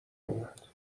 اومد